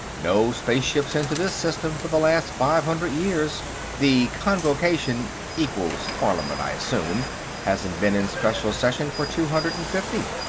no spaceships into this system for the last five hundred years the convocation equals parliament, i assume hasn't been in special session for two hundred and fifty.